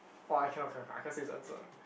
!wah! I cannot cannot I cannot say his answer